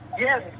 yes